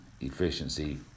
efficiency